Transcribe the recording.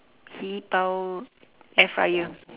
he eat bao air fryer